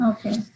Okay